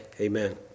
Amen